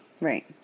Right